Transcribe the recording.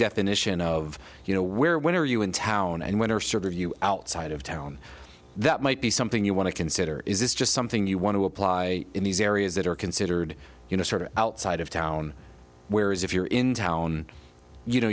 definition of you know where when are you in town and when are sort of you outside of town that might be something you want to consider is this just something you want to apply in these areas that are considered you know sort of outside of town where is if you're in town you know